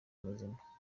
muzima